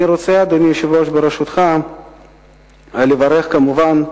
אני רוצה, אדוני היושב-ראש, ברשותך, לברך, כמובן,